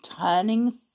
turning